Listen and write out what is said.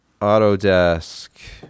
Autodesk